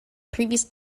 previous